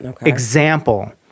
example